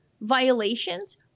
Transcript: violations